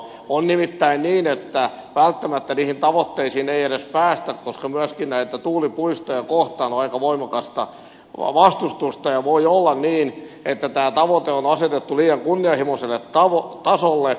on nimittäin niin että välttämättä niihin tavoitteisiin ei edes päästä koska myöskin näitä tuulipuistoja kohtaan on aika voimakasta vastustusta ja voi olla niin että tämä tavoite on asetettu liian kunnianhimoiselle tasolle